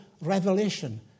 revelation